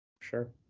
Sure